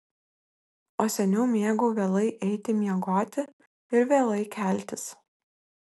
o seniau mėgau vėlai eiti miegoti ir vėlai keltis